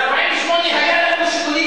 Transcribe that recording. גם אנחנו לא שדדנו.